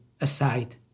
aside